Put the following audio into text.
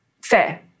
Fair